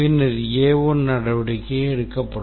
பின்னர் A1 நடவடிக்கை எடுக்கப்படும்